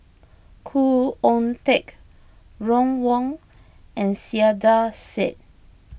Khoo Oon Teik Ron Wong and Saiedah Said